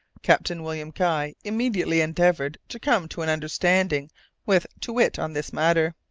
captain william guy immediately endeavoured to come to an understanding with too-wit on this matter,